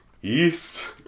yeast